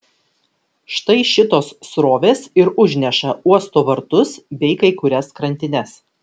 štai šitos srovės ir užneša uosto vartus bei kai kurias krantines